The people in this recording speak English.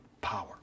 power